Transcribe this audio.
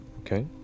Okay